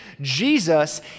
Jesus